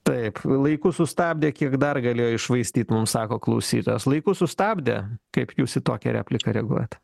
taip laiku sustabdė kiek dar galėjo iššvaistyt mums sako klausytojas laiku sustabdė kaip jūs į tokią repliką reaguojat